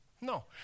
No